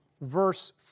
verse